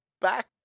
back